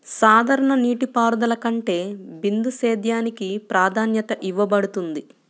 సాధారణ నీటిపారుదల కంటే బిందు సేద్యానికి ప్రాధాన్యత ఇవ్వబడుతుంది